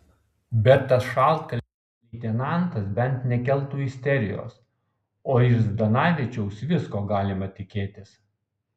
bet tas šaltkalvis leitenantas bent nekeltų isterijos o iš zdanavičiaus visko galima tikėtis